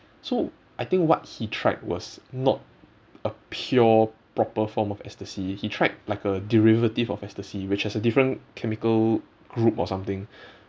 so I think what he tried was not a pure proper form of ecstasy he tried like a derivative of ecstasy which has a different chemical group or something